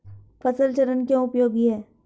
फसल चरण क्यों उपयोगी है?